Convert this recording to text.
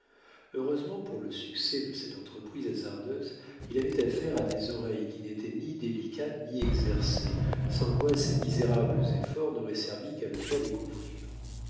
heureusement pour le succès de cette entreprise hasardeuse il avait affaire à des oreilles qui n'étaient ni délicates ni exercées sans quoi ces misérables efforts n'auraient servi qu'à le faire découvrir